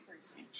person